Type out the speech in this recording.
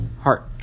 heart